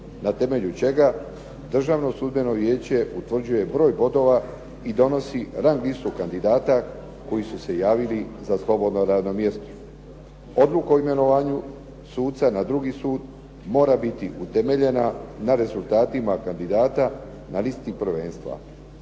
na temelju čega Državno sudbeno vijeće utvrđuje broj bodova, i donosi rang listu kandidata koji su se javili za slobodno radno mjesto. Odluku o imenovanju suca na drugi sud mora biti utemeljena na rezultatima kandidata na listi prvenstva.